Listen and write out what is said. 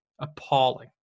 Appalling